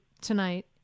tonight